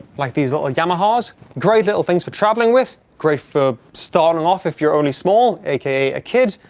like these lot like yamahas great little things for traveling with great for starting off if you're only small aka a kid,